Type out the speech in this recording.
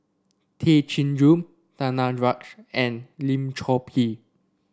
Tay Chin Joo Danaraj and Lim Chor Pee